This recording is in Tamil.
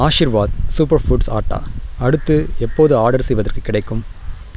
ஆஷிர்வாத் சூப்பர் ஃபுட்ஸ் ஆட்டா அடுத்து எப்போது ஆர்டர் செய்வதற்குக் கிடைக்கும்